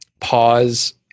pause